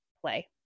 play